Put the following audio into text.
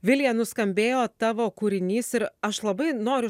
vilija nuskambėjo tavo kūrinys ir aš labai noriu